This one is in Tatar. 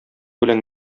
белән